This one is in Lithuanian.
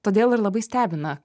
todėl ir labai stebina